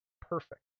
perfect